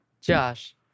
Josh